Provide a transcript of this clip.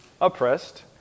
oppressed